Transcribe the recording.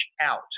out